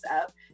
up